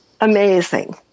Amazing